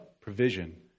provision